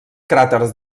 cràters